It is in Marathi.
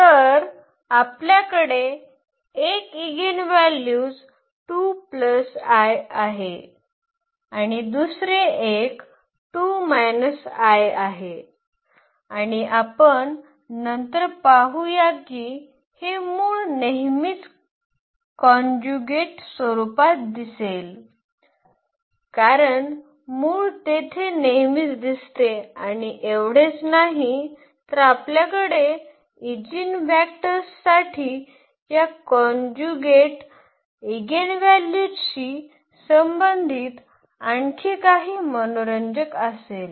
तर आपल्याकडे 1 ईगेनव्हॅल्यूज आहे आणि दुसरे एक आहे आणि आपण नंतर पाहूया की हे मूळ नेहमीच कॉन्जुगेट स्वरुपात दिसेल कारण मूळ तेथे नेहमीच दिसते आणि एवढेच नाही तर आपल्याकडे ईजीव्हॅक्टर्ससाठी या कॉन्जुगेट ईगेनव्हॅल्यूजशी संबंधित आणखी काही मनोरंजक असेल